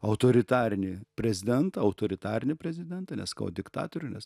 autoritarinį prezidentą autoritarinį prezidentą nesakau diktatorių nes